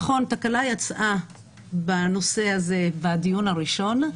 נכון, תקלה יצאה בנושא הזה בדיון הראשון,